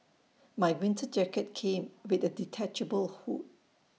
my winter jacket came with A detachable hood